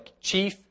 chief